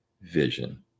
vision